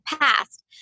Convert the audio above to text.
past